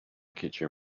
kitchen